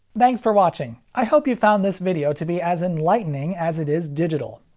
thanks for watching. i hope you found this video to be as enlightening as it is digital.